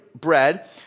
bread